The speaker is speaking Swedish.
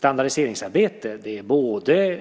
Standardiseringsarbete är både